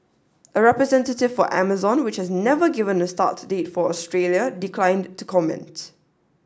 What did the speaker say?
a representative for Amazon which has never given a start date for Australia declined to comment